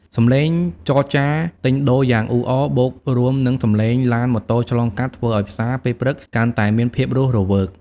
សំឡេងចរចាទិញដូរយ៉ាងអ៊ូអរ បូករួមនឹងសំឡេងឡានម៉ូតូឆ្លងកាត់ ធ្វើឲ្យផ្សារពេលព្រឹកកាន់តែមានភាពរស់រវើក។